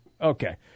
Okay